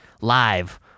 live